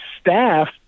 staff